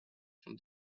from